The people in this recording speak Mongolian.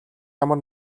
ямар